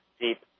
deep